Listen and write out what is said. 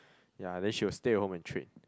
ya then she will stay at home and trade